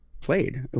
played